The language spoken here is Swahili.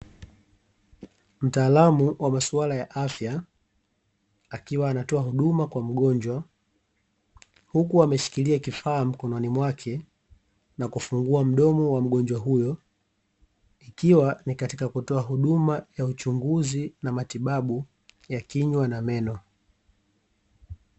Mtaalamu wa masuala ya afya akiwa anatoa huduma kwa mgonjwa, huku ameshikilia kifaa mkononi mwake na kufungua mdomo wa mgonjwa huyo, ikiwa ni katika kutoa huduma ya uchunguzi na matibabu ya kinywa na meno.